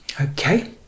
Okay